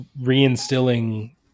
reinstilling